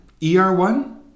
ER1